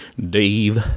Dave